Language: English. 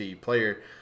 player